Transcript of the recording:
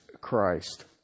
Christ